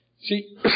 See